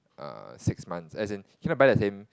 err six months as in cannot buy the same